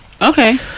Okay